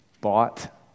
bought